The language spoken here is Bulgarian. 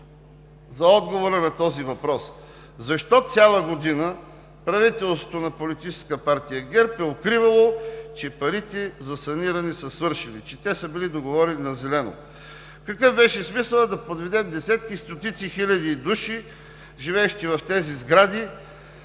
за отговора на този въпрос: защо цяла година правителството на политическа партия ГЕРБ е укривало, че парите за саниране са свършили, че те са били договори на зелено? Какъв беше смисълът да подведем десетки, стотици хиляди души, живеещи в тези сгради,